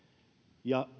ja